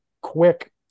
quick